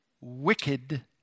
wicked